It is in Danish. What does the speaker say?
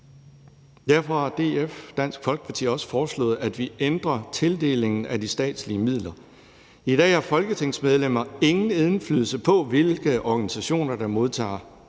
Derfor har Dansk Folkeparti også foreslået, at vi ændrer tildelingen af de statslige midler. I dag har Folketingets medlemmer ingen indflydelse på, hvilke organisationer der modtager